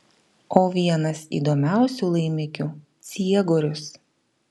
o vienas įdomiausių laimikių ciegorius